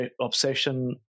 obsession